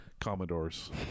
commodores